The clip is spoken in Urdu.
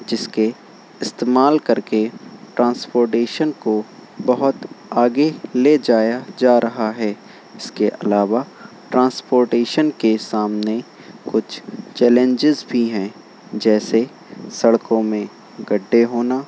جس کے استعمال کر کے ٹرانسپورٹیشن کو بہت آگے لے جایا جا رہا ہے اس کے علاوہ ٹرانسپورٹیشن کے سامنے کچھ چیلنجز بھی ہیں جیسے سڑکوں میں گڈھے ہونا